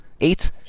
eight